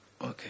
Okay